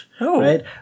right